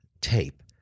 tape